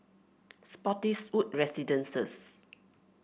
Spottiswoode Residences